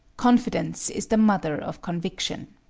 confidence is the mother of conviction.